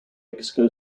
mexico